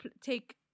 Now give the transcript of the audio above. take